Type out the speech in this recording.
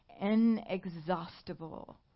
inexhaustible